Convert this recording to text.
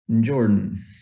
Jordan